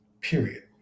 Period